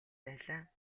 байлаа